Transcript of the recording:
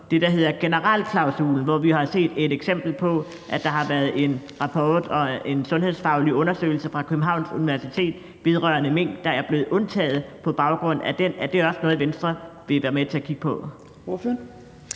det, der hedder generalklausulen, hvor vi jo har set et eksempel på, at der har været en rapport og en sundhedsfaglig undersøgelse fra Københavns Universitet vedrørende mink, der er blevet undtaget på baggrund af den? Er det også noget, Venstre vil være med til at kigge på?